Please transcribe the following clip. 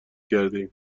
کردیم